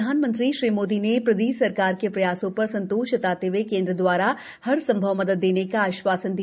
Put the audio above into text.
प्रधानमंत्री श्री मोदी ने प्रदेश सरकार के प्रयासों र संतोष व्यक्त करते हुए केन्द्र द्वारा हर संभव मदद करने का आश्वासन दिया